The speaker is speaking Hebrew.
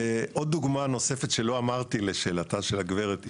עוד דוגמה נוספת שלא אמרתי לשאלתה של הגברת.